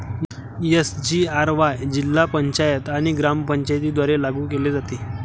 SGRY जिल्हा पंचायत आणि ग्रामपंचायतींद्वारे लागू केले जाते